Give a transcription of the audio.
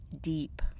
deep